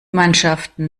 mannschaften